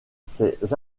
ces